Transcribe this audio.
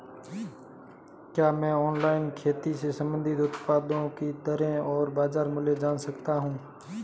क्या मैं ऑनलाइन खेती से संबंधित उत्पादों की दरें और बाज़ार मूल्य जान सकता हूँ?